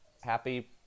happy